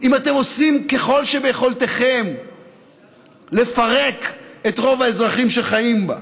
אם אתם עושים ככל שביכולתכם לפרק את רוב האזרחים שחיים בה.